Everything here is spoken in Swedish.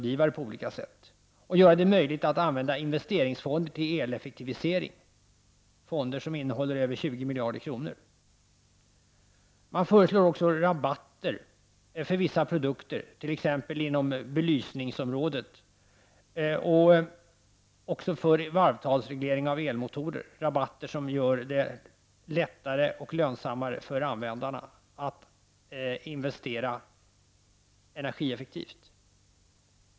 Dessutom vill man göra det möjligt att använda investeringsfonder till eleffektivisering -- fonder som innehåller över 20 miljarder kronor. Man föreslår rabatter för vissa produkter, t.ex. på belysningsområdet, och för varvtalsreglering av elmotorer. Genom sådana rabatter blir det lättare och lönsammare för användarna att investera energi effektivt.